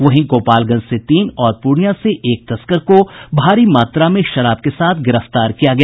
वहीं गोपालगंज से तीन और पूर्णिया से एक तस्कर को भारी मात्रा में शराब के साथ गिरफ्तार किया गया